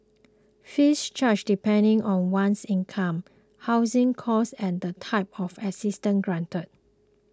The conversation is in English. fees charged depend on one's income housing cost and the type of assistance granted